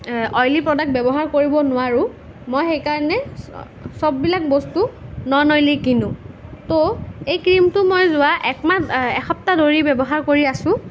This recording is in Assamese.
অইলী প্ৰডাক্ট ব্য়ৱহাৰ কৰিব নোৱাৰোঁ মই সেই কাৰণে চববিলাক বস্তু নন অইলী কিনো ত' এই ক্ৰীমটো মই যোৱা একমাহ একসপ্তাহ ধৰি ব্য়ৱহাৰ কৰি আছোঁ